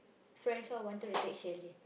friends loh wanted to take chalet